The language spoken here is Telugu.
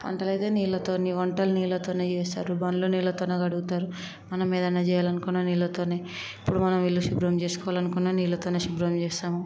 పంటలు అయితే నీళ్ళతోనే వంటలు నీళ్ళతోనే చేస్తారు బండ్లు నీళ్ళతోనే కడుగుతారు మనం ఏదైనా చేయాలనుకున్నా నీళ్ళతోనే ఇప్పుడు మనం ఇల్లు శుభ్రం చేసుకోవాలనుకున్నా నీళ్ళతోనే శుభ్రం చేస్తాము